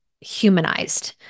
humanized